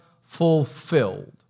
fulfilled